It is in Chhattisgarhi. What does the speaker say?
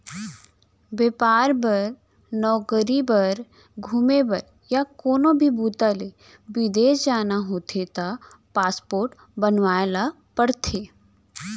बेपार बर, नउकरी बर, घूमे बर य कोनो भी बूता ले बिदेस जाना होथे त पासपोर्ट बनवाए ल परथे